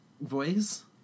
voice